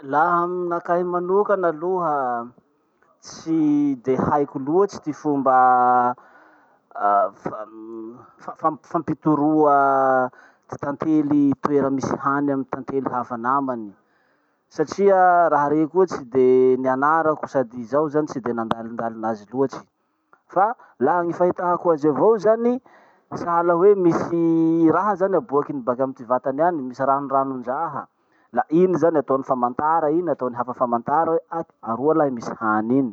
Laha aminakahy manokana aloha tsy de haiko loatsy ty fomba fam- fam- fampitoroa ty tantely toera misy hany amy tantely hafa namany satria raha rey koa tsy de nianarako sady zaho zany tsy de nandalindalin'azy loatsy. Fa laha gny fahitako azy avao zany, sahala hoe misy raha zany aboakiny baka amy ty vatany any, misy ranornaondraha. La iny zany ataony famantara iny ataon'ny hafa famantara hoe aky aroa lahy misy hany iny.